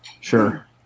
Sure